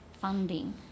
funding